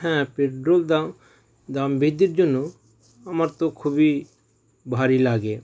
হ্যাঁ পেট্রোল দাম দাম বৃদ্ধির জন্য আমার তো খুবই ভারই লাগে